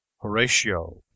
Horatio